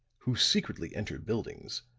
who secretly enter buildings,